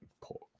pork